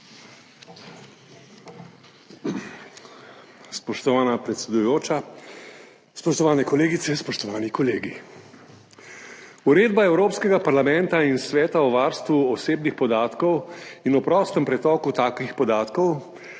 Spoštovana predsedujoča, spoštovane kolegice, spoštovani kolegi! Uredba Evropskega parlamenta in Sveta o varstvu osebnih podatkov in o prostem pretoku takih podatkov